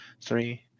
three